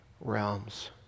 realms